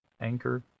anchor